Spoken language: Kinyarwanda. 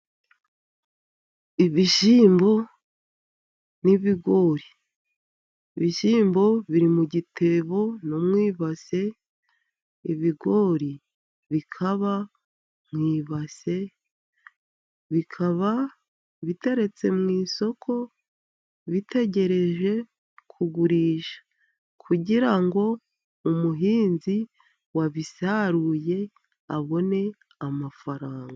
Ibishyimbo n'ibigori, ibishyimbo biri mu gitebo no mu ibase, ibigori bikaba mu ibase, bikaba biteretse mu isoko bitegereje kugurishwa, kugira ngo umuhinzi wabisaruye abone amafaranga.